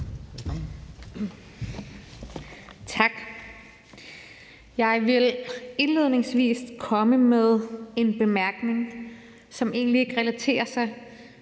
Tak. Jeg vil indledningsvis komme med en bemærkning, som egentlig ikke relaterer sig